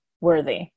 worthy